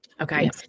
okay